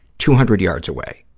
two hundred yards away.